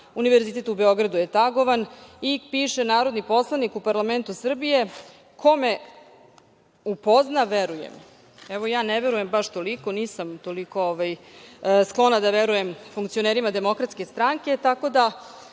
Univerziteta u Beogradu je tagovan i piše – narodni poslanik u parlamentu Srbije – ko me upozna, veruje mi. Evo, ja ne verujem baš toliko, nisam toliko sklona da verujem funkcionerima DS, tako da